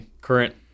current